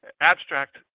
Abstract